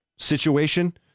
situation